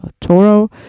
Toro